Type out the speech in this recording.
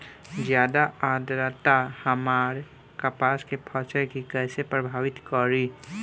ज्यादा आद्रता हमार कपास के फसल कि कइसे प्रभावित करी?